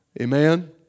Amen